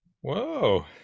whoa